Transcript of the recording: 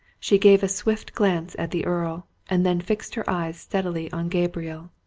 she gave a swift glance at the earl, and then fixed her eyes steadily on gabriel.